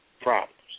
problems